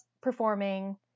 performing